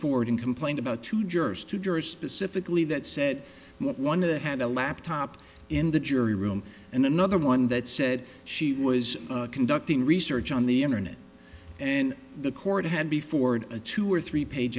forward and complained about two jurors two jurors specifically that said one of that had a laptop in the jury room and another one that said she was conducting research on the internet and the court had before a two or three page